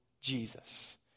Jesus